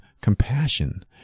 compassion